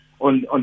on